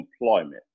employment